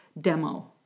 demo